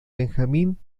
benjamín